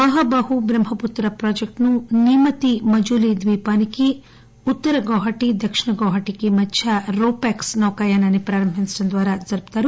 మహాబాహూ ట్రహ్మపుత్ర ప్రాజెక్టును నీమతి మజులీ ద్వీపానికి ఉత్తర గౌహతి దక్షిణ గౌవహటికి మధ్య రూ ప్యాక్స్ నౌకాయానాన్ని ప్రారంభించటం ద్వారా జరుపుతారు